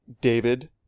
David